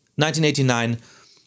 1989